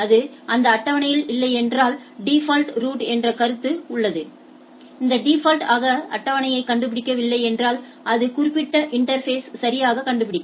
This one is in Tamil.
அது அந்த அட்டவணையில் இல்லையென்றால் டிஃபால்ட் ரூட் என்ற கருத்து உள்ளது அது டிஃபால்ட் ஆக அட்டவணையை கண்டுபிடிக்கப்படவில்லை என்றால் அது குறிப்பிட்ட இன்டா்ஃபேஸ்யை சரியாகக் கண்டுபிடிக்கும்